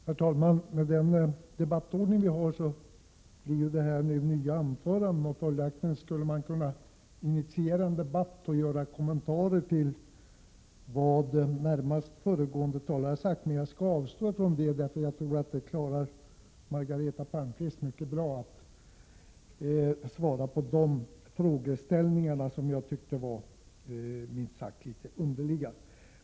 Herr talman! Med den debattordning vi har blir det nu nya anföranden, och följaktligen skulle man kunna initiera en debatt och göra kommentarer till vad närmast föregående talare sagt. Jag skall dock avstå från det, eftersom jag tror att Margareta Palmqvist klarar den debatten mycket bra och kan svara på de påståenden som gjorts och som jag tycker var minst sagt litet underliga.